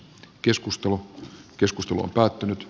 keskustelu keskustelu on päättynyt t